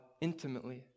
intimately